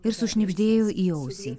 ir sušnibždėjo į ausį